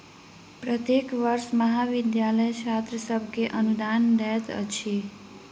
प्रत्येक वर्ष महाविद्यालय छात्र सभ के अनुदान दैत अछि